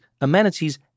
amenities